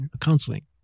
counseling